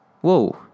Whoa